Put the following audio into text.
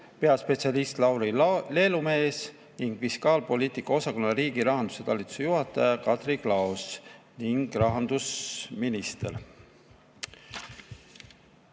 peaspetsialist Lauri Lelumees, fiskaalpoliitika osakonna riigi rahanduse talituse juhataja Kadri Klaos ning rahandusminister.Me